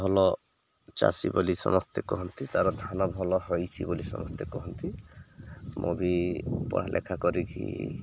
ଭଲ ଚାଷୀ ବୋଲି ସମସ୍ତେ କହନ୍ତି ତା'ର ଧାନ ଭଲ ହଇଛି ବୋଲି ସମସ୍ତେ କହନ୍ତି ମୁଁ ବି ପଢ଼ା ଲେଖା କରିକି